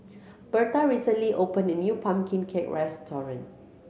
Bertha recently opened a new pumpkin cake restaurant